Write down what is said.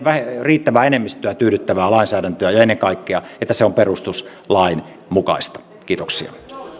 riittävää enemmistöä tyydyttävää lainsäädäntöä ja ennen kaikkea että se on perustuslain mukaista kiitoksia